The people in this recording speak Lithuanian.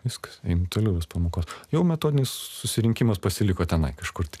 viskas einu toliau vest pamokos jau metodinis susirinkimas pasiliko tenai kažkur tai